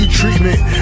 treatment